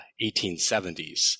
1870s